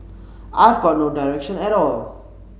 I have got no direction at all